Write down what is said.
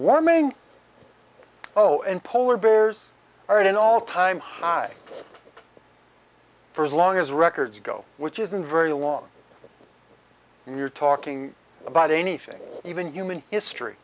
warming oh and polar bears are at an all time high for as long as records go which isn't very long and you're talking about anything even human history